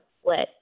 split